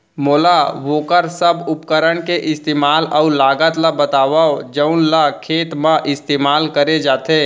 मोला वोकर सब उपकरण के इस्तेमाल अऊ लागत ल बतावव जउन ल खेत म इस्तेमाल करे जाथे?